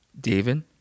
David